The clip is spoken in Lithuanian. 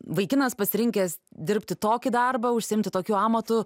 vaikinas pasirinkęs dirbti tokį darbą užsiimti tokiu amatu